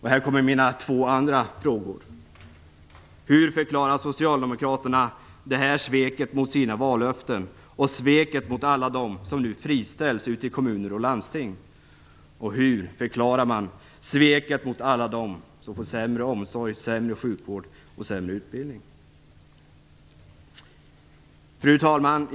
Här kommer min andra två frågor: Hur förklarar Socialdemokraterna detta svek av vallöftena och sveket mot alla dem som nu friställs i kommuner och landsting? Hur förklarar man sveket mot alla dem som får sämre omsorg, sjukvård och utbildning? Fru talman!